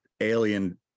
alien